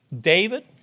David